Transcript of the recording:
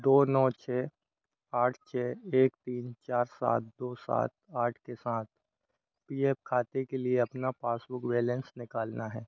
दो नौ छ आठ छ एक तीन चार सात दो सात आठ के साथ पी एफ खाते के लिए अपना पासबुक बैलेंस निकालना है